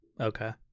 Okay